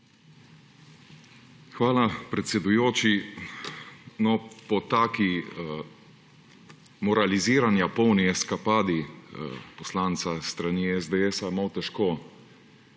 Hvala, predsedujoči. No, po taki moraliziranja polni eskapadi poslanca s strani SDS je malo težko